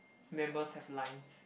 members have lines